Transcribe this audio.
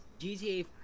GTA